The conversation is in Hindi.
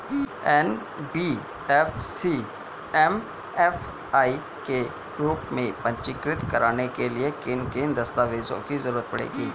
एन.बी.एफ.सी एम.एफ.आई के रूप में पंजीकृत कराने के लिए किन किन दस्तावेजों की जरूरत पड़ेगी?